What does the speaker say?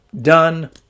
Done